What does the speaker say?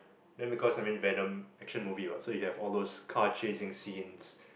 then because I mean Venom action movie what so you have those car chasing scenes